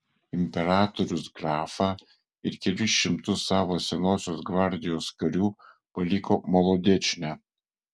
imperatorius grafą ir kelis šimtus savo senosios gvardijos karių paliko molodečne